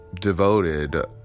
devoted